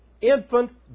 infant